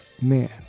Man